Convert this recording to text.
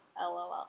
LOL